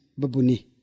babuni